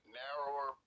narrower